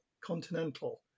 Continental